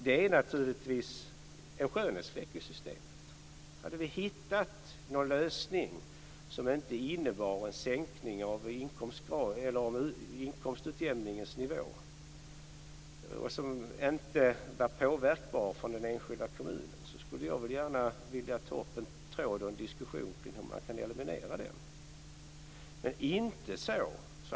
Den är naturligtvis en skönhetsfläck i systemet. Om vi hade funnit någon lösning som inte innebar en sänkning av inkomstutjämningens nivå och som inte var påverkbar av den enskilda kommunen, skulle jag gärna vilja ta upp en diskussion om hur man skulle kunna eliminera denna effekt.